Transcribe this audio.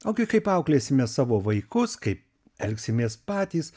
o gi kaip auklėsime savo vaikus kaip elgsimės patys